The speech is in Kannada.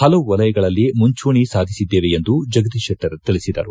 ಹಲವು ವಲಯಗಳಲ್ಲಿ ಮುಂಚೂಣಿ ಸಾಧಿಸಿದ್ದೇವೆ ಎಂದು ಜಗದೀಶ್ ಶೆಟ್ಟರ್ ತಿಳಿಸಿದರು